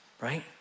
right